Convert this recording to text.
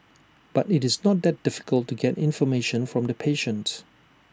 but it's not that difficult to get information from the patients